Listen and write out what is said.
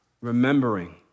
remembering